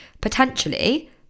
potentially